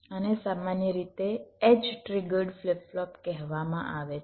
આને સામાન્ય રીતે એડ્જ ટ્રિગર્ડ ફ્લિપ ફ્લોપ કહેવામાં આવે છે